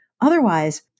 Otherwise